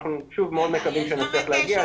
אנחנו שוב מאוד מקווים שנצליח להגיע,